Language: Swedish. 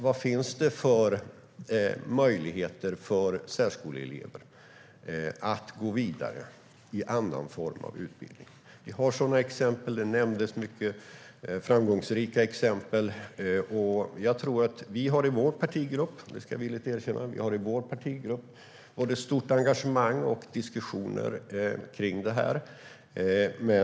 Vad finns det för möjligheter för särskoleelever att gå vidare i annan form av utbildning? Vi har sådana exempel. Det nämndes mycket framgångsrika exempel. Vi har i vår partigrupp - det ska jag villigt erkänna - både ett stort engagemang och diskussioner kring det här.